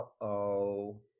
Uh-oh